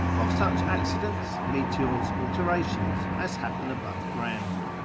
of such accidents, meteors, alterations, as happen above ground.